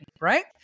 right